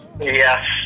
Yes